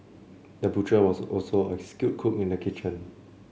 the butcher was also a skilled cook in the kitchen